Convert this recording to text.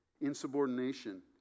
Insubordination